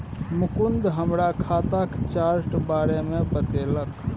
मुकुंद हमरा खाताक चार्ट बारे मे बतेलक